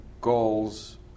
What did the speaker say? goals